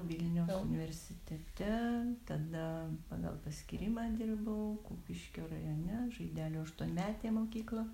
vilniaus universitete tada pagal paskyrimą dirbau kupiškio rajone žaidelių aštuonmetėj mokykloj